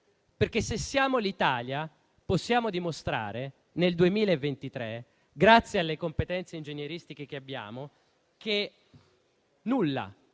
perché se siamo l'Italia possiamo dimostrare, nel 2023, grazie alle competenze ingegneristiche che abbiamo, che nulla